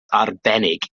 arbennig